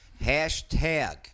hashtag